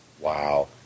Wow